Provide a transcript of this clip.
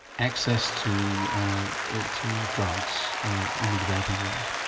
access to to drugs in the developing world?